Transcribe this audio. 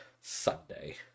Sunday